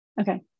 Okay